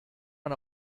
man